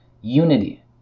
unity